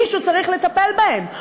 מישהו צריך לטפל בהם.